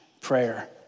prayer